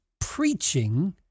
preaching